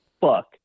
fuck